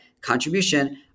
contribution